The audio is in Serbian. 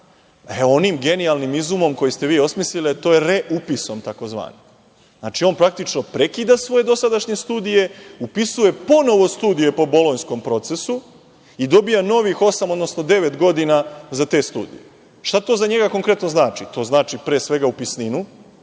Onim genijalnim izumom koji ste vi osmislili, a to je reupis tzv. Znači, on praktično prekida svoje dosadašnje studije, upisuje ponovo studije po bolonjskom procesu i dobija novih osam, odnosno devet godina za te studije. Šta to konkretno za njega znači? To znači pre svega upisninu,